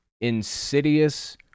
insidious